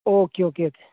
okay okay